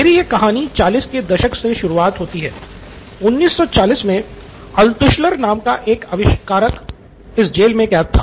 मेरी यह कहानी 40 के दशक से शुरू होती है 1940 में अल्त्शुलर नाम का एक युवा आविष्कारक इस जेल में कैद था